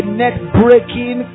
net-breaking